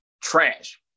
trash